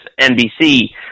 NBC